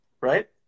right